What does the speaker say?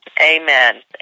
Amen